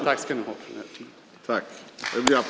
Tack ska ni ha för den här tiden!